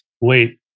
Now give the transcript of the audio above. wait